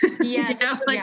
Yes